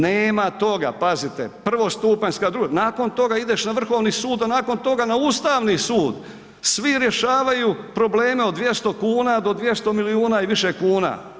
Nema toga, pazite, prvostupanjska, drugostupanjska, nakon toga ideš na Vrhovni sud, a nakon toga na Ustavni sud svi rješavaju probleme od 200 kuna do 200 milijuna i više kuna.